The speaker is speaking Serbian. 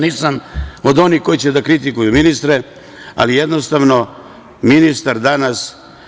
Nisam od onih koji će da kritikuju ministre, ali jednostavno ministar danas…